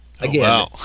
again